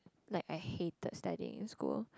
like I hated studying in school